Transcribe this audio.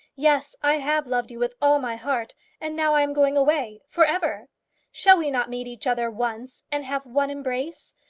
yes i have loved you with all my heart and now i am going away for ever. shall we not meet each other once, and have one embrace?